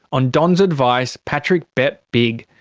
on don's advice patrick bet big.